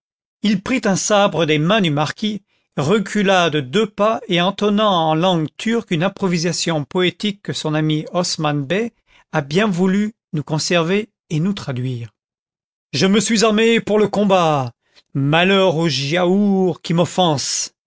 il prit'un sabre des mains du marquis recula de deux pas et entonna en langue turque une improvisation poétique que son ami osman bey a bien voulu nous conserver et nous traduire content from google book search generated at je me suis armé pour le combat malheur au giaour qui m'offense